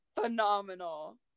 phenomenal